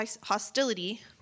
hostility